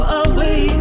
away